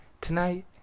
tonight